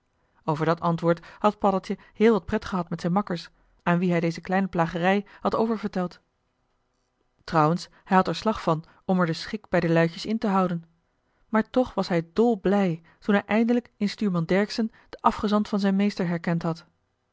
over dat antwoord had paddeltje heel wat pret gehad met zijn makkers aan wien hij deze kleine plagerij had oververteld trouwens hij joh h been paddeltje de scheepsjongen van michiel de ruijter had er slag van om er den schik bij de luitjes in te houden maar toch was hij dol blij toen hij eindelijk in stuurman dercksen den afgezant van zijn meester herkend had